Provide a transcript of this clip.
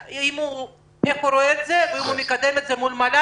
איך הוא רואה את זה והאם הוא מקדם את זה מול מל"ל?